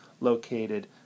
located